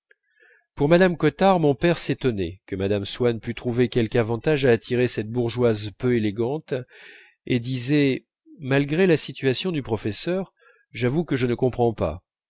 pour mme cottard mon père s'étonnait que mme swann pût trouver quelque avantage à attirer cette bourgeoise peu élégante et disait malgré la situation du professeur j'avoue que je ne comprends pas